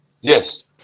Yes